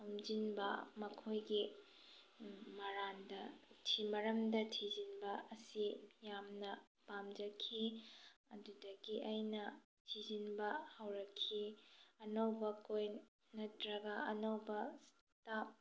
ꯈꯣꯝꯖꯤꯟꯕ ꯃꯈꯣꯏꯒꯤ ꯃꯔꯝꯗ ꯊꯤꯖꯤꯟꯕ ꯑꯁꯤ ꯌꯥꯝꯅ ꯄꯥꯝꯖꯈꯤ ꯑꯗꯨꯗꯒꯤ ꯑꯩꯅ ꯊꯤꯖꯤꯟꯕ ꯍꯧꯔꯛꯈꯤ ꯑꯅꯧꯕ ꯀꯣꯏꯟ ꯅꯠꯇ꯭ꯔꯒ ꯑꯅꯧꯕ